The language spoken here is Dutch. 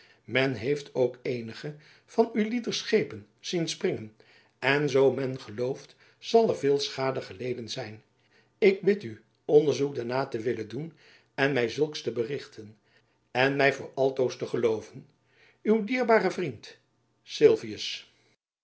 men heeft ook eenige van ulieder schepen zien springen en jacob van lennep elizabeth musch zoo men gelooft zal er veel schade geleden zijn ik bid u onderzoek daarnaar te willen doen en my zulks te berichten en my voor altoos te gelooven uw dv vriend